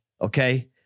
Okay